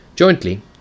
Jointly